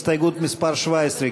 הסתייגות מס' 17,